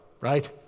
right